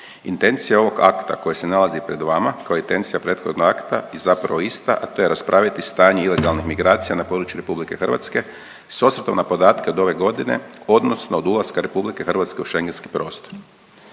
Intencija ovog akta koji se nalazi pred vama kao i intencija prethodnog akta je zapravo ista, a to je raspraviti stanje ilegalnih migracija na području RH s osvrtom na podatke od ove godine odnosno od ulaska RH u Schengenski prostor.